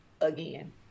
again